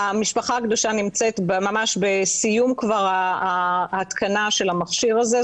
המשפחה הקדושה נמצאת ממש בסיום ההתקנה של המכשיר הזה,